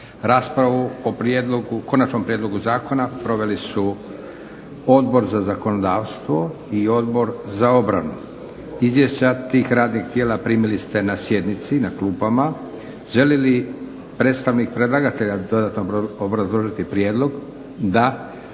o prijedlogu, konačnom prijedlogu zakona proveli su Odbor za zakonodavstvo i Odbor za obranu. Izvješća tih radnih tijela primili ste na sjednici na klupama. Želi li predstavnik predlagatelja dodatno obrazložiti prijedlog? Da.